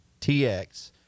TX